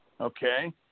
Okay